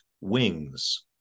wings